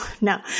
no